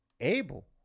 able